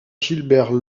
gilbert